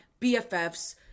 bffs